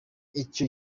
icyo